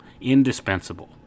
Indispensable